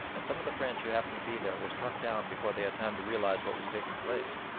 and some of the french who happened to be there were struck down before they had time to realise what was taking place.